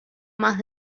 más